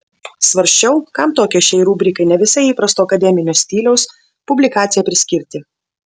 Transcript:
svarsčiau kam tokią šiai rubrikai ne visai įprasto akademinio stiliaus publikaciją priskirti